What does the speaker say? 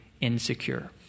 insecure